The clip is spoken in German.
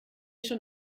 schon